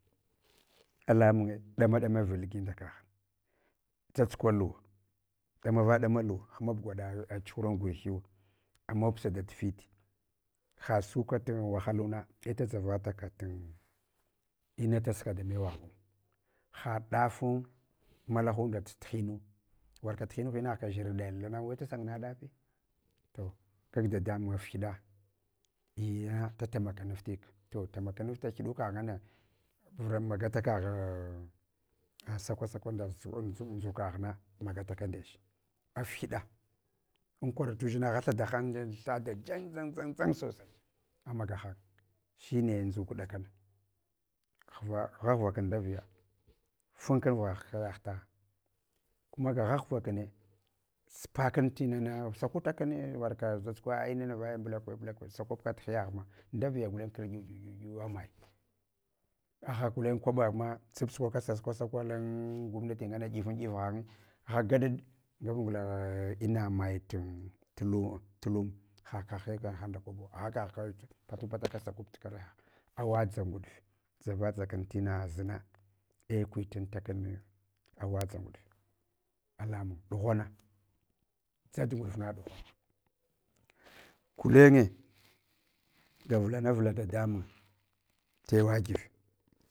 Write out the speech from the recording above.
Alamunye ɗamaɗama vulgi nda kagh tsatsukwa luwa, damava dama lu. Hamb gwaɗa chuhuran gurhiyu. Amawapsa dat fit. Hasukat wahaluna ei taʒavata tin. Inadaʒka damewaghu. Haɗafun malahuna tuhinu. Warka tuhinu hnaghka dʒarɗala ng we tasangana ɗafi. To kag dadamuny afhiɗa. Ina datama kanafti ka. iya to tama kanafti inɗukagh ngana guvura magala. kagha sakwa sakwa nda nndʒukaghna magutaka ndech. Afliɗa, ankora tudʒinagh a thadahem thada fun, fan, fan sosai amaga han, shine ndʒuk dakan ghaghva ndaviya funka ghva kayaghta. fund ga ghaghva kuma, suyakun tinana sakuta kune warka vulsukivagh ei nana vaya mblakwe mblakwe sakwabaka tu hiyaghma. Ndaviya guln kirɗyu ɗyu ɗyuwa maya, agha gulen kwaba ma supsukwaka sakwu sakwa lan gwamnati ɗifandifa hanye agha gaɗeɗ ngargla ina maya tsilum, lulum hakahkau hahan nda kwabu, agha kagh kaya puta pata ka sakwab karya. Awa dʒagantima zina eh kwitima takun, awa dʒa nguɗfe alamun ɗughana, dʒat nguɗfung ɗighana, golenye gavulang vula dadamun tewagiva.